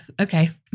okay